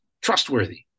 trustworthy